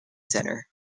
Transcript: centre